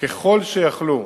ככל שיכלו,